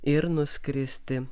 ir nuskristi